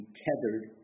tethered